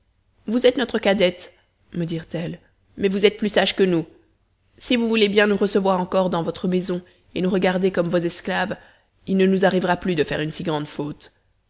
vous êtes notre cadette me dirent-elles mais vous êtes plus sage que nous si vous voulez bien nous recevoir encore dans votre maison et nous regarder comme vos esclaves il ne nous arrivera plus de faire une si grande faute